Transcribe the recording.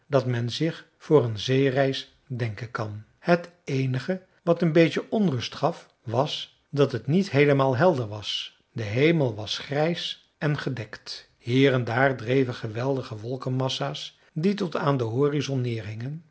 dat men zich voor een zeereis denken kan het eenige wat een beetje onrust gaf was dat het niet heelemaal helder was de hemel was grijs en gedekt hier en daar dreven geweldige wolkenmassa's die tot aan den horizon